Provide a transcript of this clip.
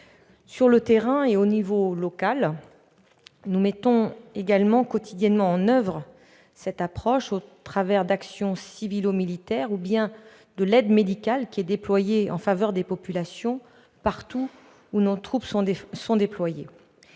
Sur le terrain et à l'échelon local, nous mettons également quotidiennement en oeuvre cette approche au travers d'actions civilo-militaires ou de l'aide médicale déployée en faveur des populations partout où nos troupes sont présentes.